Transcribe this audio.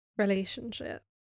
relationship